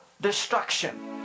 destruction